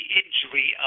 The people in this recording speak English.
injury